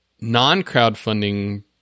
non-crowdfunding